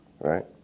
right